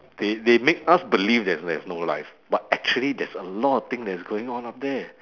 they they make us believe there is there is no life but actually there's a lot of thing that is going on up there